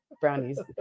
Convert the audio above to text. brownies